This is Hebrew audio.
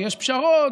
ויש פשרות,